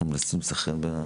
אנחנו מנסים לסנכרן ביניהן.